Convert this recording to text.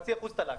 חצי אחוז תל"ג.